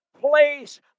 place